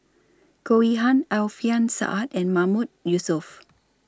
Goh Yihan Alfian Sa'at and Mahmood Yusof